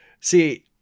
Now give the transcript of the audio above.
See